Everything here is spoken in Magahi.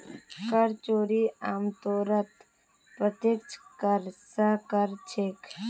कर चोरी आमतौरत प्रत्यक्ष कर स कर छेक